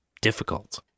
difficult